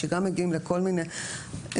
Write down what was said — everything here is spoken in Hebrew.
שגם מגיעים לכל מיני נקודות,